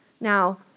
Now